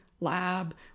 lab